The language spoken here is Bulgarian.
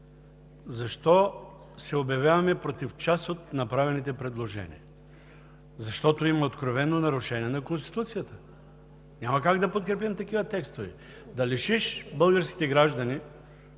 защо се обявяваме против част от направените предложения? Защото има откровено нарушение на Конституцията, няма как да подкрепим такива текстове. Да лишиш българските граждани